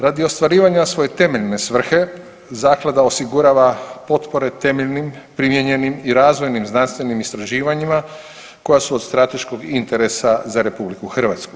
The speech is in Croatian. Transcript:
Radi ostvarivanja svoje temeljne svrhe zaklada osigurava potpore temeljnim, primijenjenim i razvojnim znanstvenim istraživanjima koja su od strateškog interesa za RH.